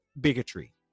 bigotry